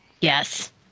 Yes